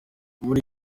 muri